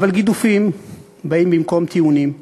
אבל גידופים באים במקום טיעונים.